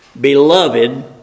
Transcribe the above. beloved